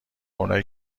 اونایی